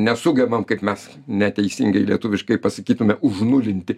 nesugebam kad mes neteisingai lietuviškai pasakytume užnulinti